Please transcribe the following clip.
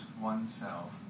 oneself